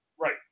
Right